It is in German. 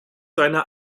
seiner